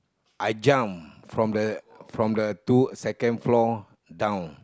I jump from the from the two second floor down